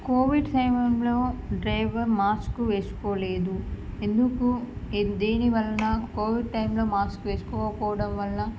Covid సమయంలో driver mask వేసుకోలేదు ఎందుకు దేని వలన కోవిడ్ టైమ్లో మాస్క్ వేసుకపోవటం వలన